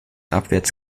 abwärts